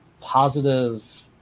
positive